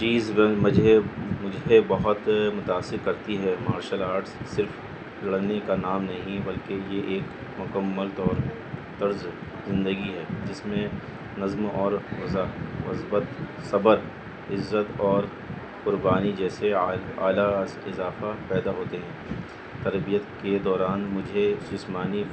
چیز وہ مجھے مجھے بہت متاثر کرتی ہے مارشل آرٹس صرف لڑنے کا نام نہیں بلکہ یہ ایک مکمل طور طرز زندگی ہے جس میں نظم اور وضع مثبت صبر عزت اور قربانی جیسے اعل اعلیٰ اضافہ پیدا ہوتے ہیں تربیت کے دوران مجھے جسمانی